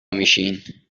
میشین